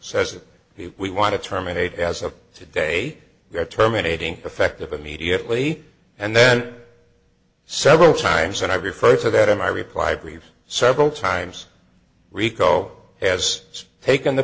says it we want to terminate as of today we are terminating effective immediately and then several times and i refer to that in my reply brief several times rico has taken the